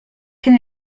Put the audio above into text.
can